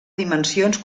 dimensions